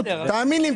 על